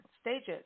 stages